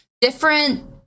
different